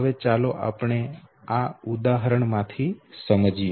હવે ચાલો આપણે આ ઉદાહરણમાંથી સમજીએ